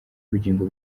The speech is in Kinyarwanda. ubugingo